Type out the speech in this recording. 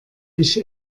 ich